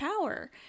power